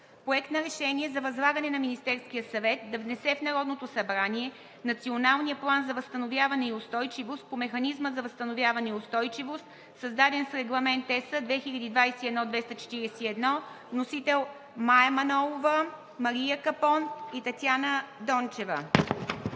Проект на решение за възлагане на Министерския съвет да внесе в Народното събрание Националния план за възстановяване и устойчивост по Механизма за възстановяване и устойчивост, създаден с Регламент ЕС 2021/241. Вносители – народните представители Мая Манолова, Мария Капон и Татяна Дончева.